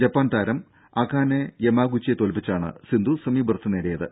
Japan താരം Akane യെമാഗുച്ചിയെ തോൽപ്പിച്ചാണ് സിന്ധു സെമി ബെർത്ത് നേടിയത്